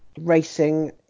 racing